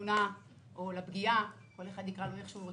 לתאונה או לפגיעה, כל אחד יקרא לזה איך שהוא רוצה,